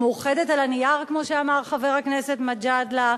מאוחדת על הנייר, חבר הכנסת גאלב מג'אדלה,